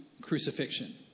crucifixion